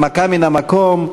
הנמקה מן המקום.